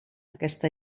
aquesta